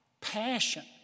passion